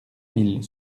mille